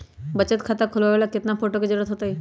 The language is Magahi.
बचत खाता खोलबाबे ला केतना फोटो के जरूरत होतई?